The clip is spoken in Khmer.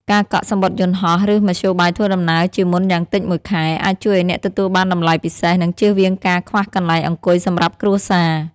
ការកក់សំបុត្រយន្តហោះ ឬមធ្យោបាយធ្វើដំណើរជាមុនយ៉ាងតិចមួយខែ អាចជួយឱ្យអ្នកទទួលបានតម្លៃពិសេស និងជៀសវាងការខ្វះកន្លែងអង្គុយសម្រាប់គ្រួសារ។